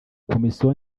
komisiyo